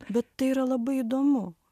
bet tai yra labai įdomu